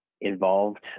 involved